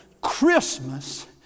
Christmas